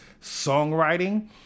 songwriting